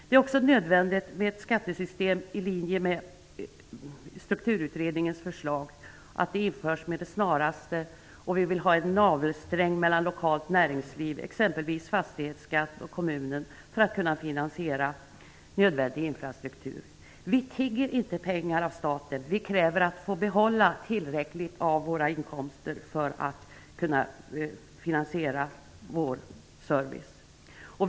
Det är också nödvändigt att ett skattesystem i linje med Strukturutredningens förslag införs med det snaraste. Vi vill också ha en ''navelsträng'' mellan lokalt näringsliv och kommunen, exempelvis fastighetsskatt, för att kunna finansiera nödvändig infrastruktur. Vi tigger inte pengar av staten. Vi kräver att få behålla tillräckligt av våra inkomster för att kunna finansiera vår service.